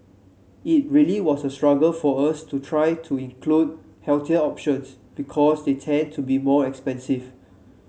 it really was a struggle for us to try to include healthier options because they tend to be more expensive